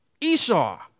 Esau